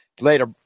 Later